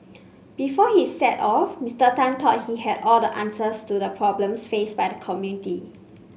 before he set off Mister Tan thought he had all the answers to the problems faced by the community